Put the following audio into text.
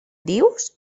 dius